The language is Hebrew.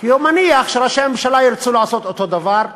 כי הוא מניח שראשי הממשלה ירצו לעשות אותו דבר: